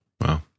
Wow